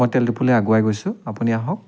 মই তেল ডিপুলৈ আগুৱাই গৈছোঁ আপুনি আহক